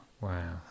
Wow